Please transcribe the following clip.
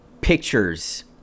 pictures